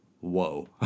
Whoa